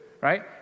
right